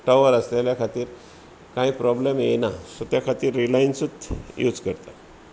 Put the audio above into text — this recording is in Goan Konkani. टावर आसलेल्या खातीर कांय प्रोब्लम येना सो त्या खातीर रिलायंसूच यूज करतात